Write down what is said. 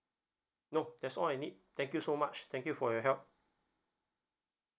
no that's all I need thank you so much thank you for your help